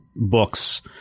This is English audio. books